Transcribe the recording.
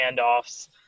handoffs